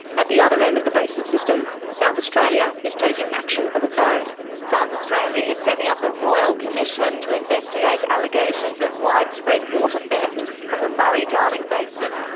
at the other end of the basin system, south australia is taking action of its own. south australia is setting up a royal commission to investigate allegations of widespread water theft from the murray-darling basin.